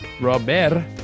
Robert